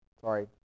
Sorry